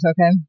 okay